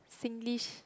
Singlish